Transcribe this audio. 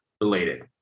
related